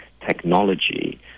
technology